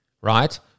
right